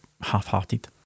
half-hearted